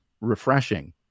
refreshing